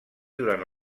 durant